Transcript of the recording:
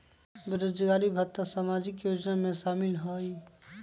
बेरोजगारी भत्ता सामाजिक योजना में शामिल ह ई?